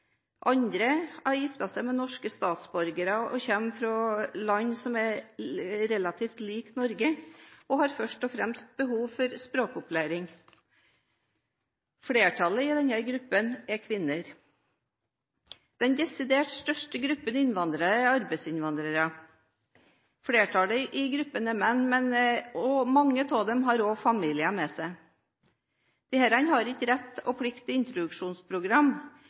andre har giftet seg med norske statsborgere og kommer fra land som er relativt likt Norge, og har først og fremst behov for språkopplæring. Flertallet i denne gruppen er kvinner. Den desidert største gruppen innvandrere er arbeidsinnvandrere. Flertallet i gruppen er menn, men mange av dem har også familien med seg. Disse har ikke rett og plikt til introduksjonsprogram,